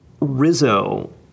Rizzo